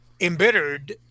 embittered